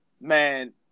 man